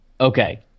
Okay